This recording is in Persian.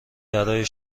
برای